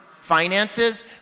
finances